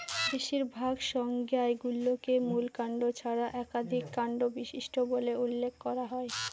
বেশিরভাগ সংজ্ঞায় গুল্মকে মূল কাণ্ড ছাড়া একাধিক কাণ্ড বিশিষ্ট বলে উল্লেখ করা হয়